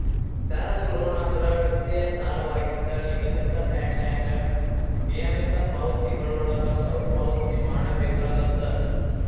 term loan ಅಂದ್ರ ವಿತ್ತೇಯ ಸಾಲವಾಗಿದ್ದ ನಿಗದಿತ ಟೈಂನ್ಯಾಗ ನಿಯಮಿತ ಪಾವತಿಗಳೊಳಗ ಮರುಪಾವತಿ ಮಾಡಬೇಕಾಗತ್ತ